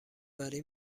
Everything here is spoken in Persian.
وری